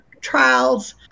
trials